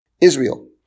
Israel